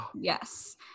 yes